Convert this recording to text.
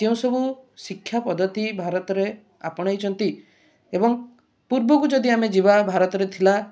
ଯେଉଁ ସବୁ ଶିକ୍ଷା ପଦ୍ଧତି ଭାରତରେ ଆପଣାଇଛନ୍ତି ଏବଂ ପୂର୍ବକୁ ଯଦି ଆମେ ଯିବା ଭାରତରେ ଥିଲା